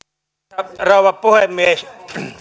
arvoisa rouva puhemies